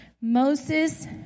moses